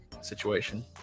situation